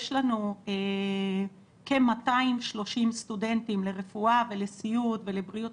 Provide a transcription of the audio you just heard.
יש לנו כ-230 סטודנטים לרפואה ולסיעוד ולבריאות